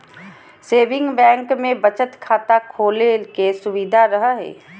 saving bank मे बचत खाता खोले के सुविधा रहो हय